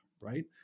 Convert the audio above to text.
right